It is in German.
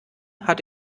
hat